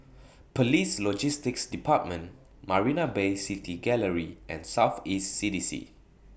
Police Logistics department Marina Bay City Gallery and South East C D C